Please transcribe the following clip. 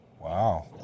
Wow